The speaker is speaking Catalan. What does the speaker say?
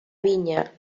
vinya